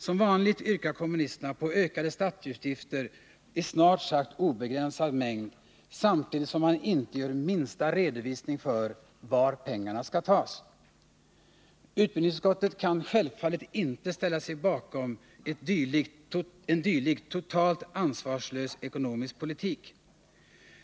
Som vanligt yrkar kommunisterna på ökade statsutgifter i snart sagt obegränsad mängd samtidigt som man inte gör minsta redovisning för var pengarna skall tas. Utbildningsutskottet kan självfallet inte ställa sig bakom en dylik totalt ansvarslös ekonomisk politik.